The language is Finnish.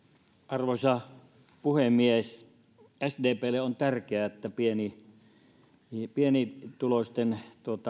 arvoisa puhemies sdplle on tärkeää että pienituloisten